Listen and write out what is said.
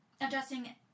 addressing